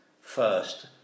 first